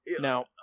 now